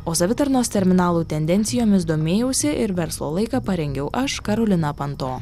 o savitarnos terminalų tendencijomis domėjausi ir verslo laiką parengiau aš karolina panto